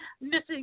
missing